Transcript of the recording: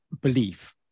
belief